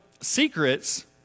secrets